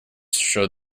showed